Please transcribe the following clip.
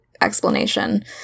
explanation